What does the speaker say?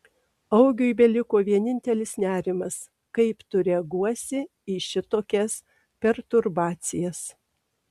augiui beliko vienintelis nerimas kaip tu reaguosi į šitokias perturbacijas